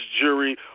jury